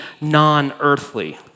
non-earthly